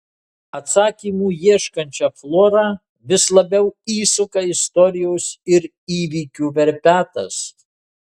atsakymų ieškančią florą vis labiau įsuka istorijos ir įvykių verpetas